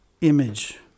image